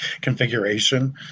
configuration